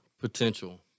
potential